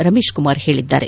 ರಮೇಶ್ ಕುಮಾರ್ ಹೇಳಿದ್ದಾರೆ